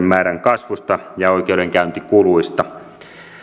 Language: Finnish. määrän kasvusta ja oikeudenkäyntikuluista